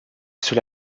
sous